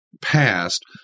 past